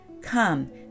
Come